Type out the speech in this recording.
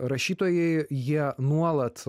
rašytojai jie nuolat